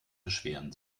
beschweren